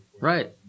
Right